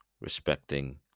Respecting